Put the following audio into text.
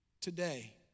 today